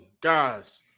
guys